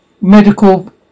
medical